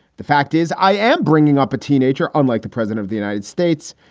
the fact is i am bringing up a teenager unlike the president of the united states.